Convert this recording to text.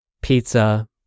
pizza